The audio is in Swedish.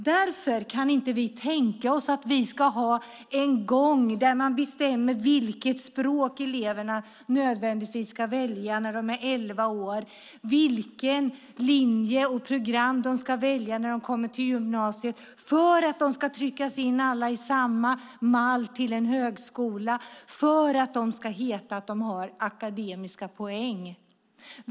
Därför kan inte vi tänka oss att ha en gång där man bestämmer vilket språk eleverna nödvändigtvis ska välja när de är elva år och vilken linje och vilket program de ska välja när de kommer till gymnasiet för att de alla ska tryckas in i samma mall till en högskola och för att det ska heta att de har akademiska poäng.